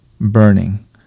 burning